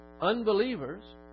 unbelievers